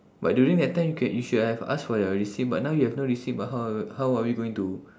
but during that time you can you should have asked for your receipt but now you have no receipt but how how are we going to